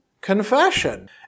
confession